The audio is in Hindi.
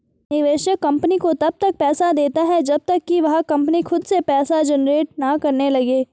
निवेशक कंपनी को तब तक पैसा देता है जब तक कि वह कंपनी खुद से पैसा जनरेट ना करने लगे